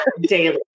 daily